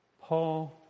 Paul